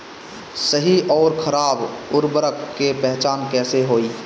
सही अउर खराब उर्बरक के पहचान कैसे होई?